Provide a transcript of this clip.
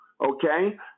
okay